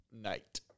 night